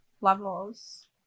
levels